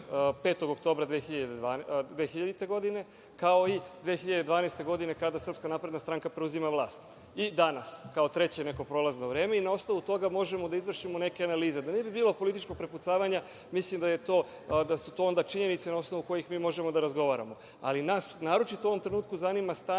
5. oktobra 2000. godine, kao i 2012. godine kada SNS preuzima vlast i danas, kao treće neko prolazno vreme, i na osnovu toga možemo da izvršimo neke analize. Da ne bi bilo političkog prepucavanja, mislim da su to onda činjenice na osnovu kojih možemo da razgovaramo, ali nas naročito u ovom trenutku zanima stanje